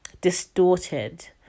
distorted